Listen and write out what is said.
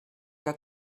que